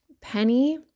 Penny